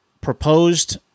proposed